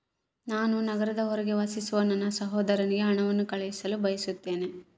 ನಾನು ನಗರದ ಹೊರಗೆ ವಾಸಿಸುವ ನನ್ನ ಸಹೋದರನಿಗೆ ಹಣವನ್ನು ಕಳುಹಿಸಲು ಬಯಸುತ್ತೇನೆ